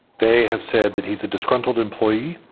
they have said that he's a disgruntled employee.